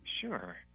Sure